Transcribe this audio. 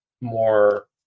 more